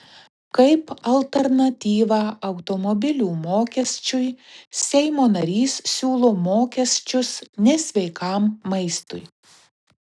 kaip alternatyvą automobilių mokesčiui seimo narys siūlo mokesčius nesveikam maistui